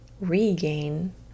regain